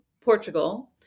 Portugal